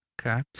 Okay